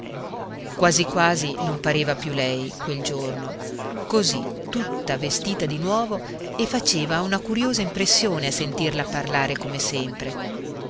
quasi quasi non pareva più lei quel giorno così tutta vestita di nuovo e faceva una curiosa impressione a sentirla parlare come sempre